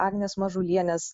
agnės mažulienės